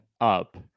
up